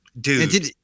Dude